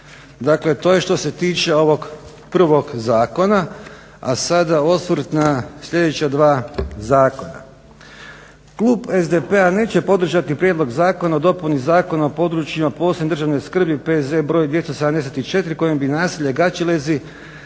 Dakle to je što se tiče ovog prvog zakona. A sada osvrt na sljedeća dva zakona. Klub SDP-a neće podržati Prijedlog zakona o dopuni Zakona o područjima posebne državne skrbi P.Z. br. 274 kojim bi naselje Gaćelezi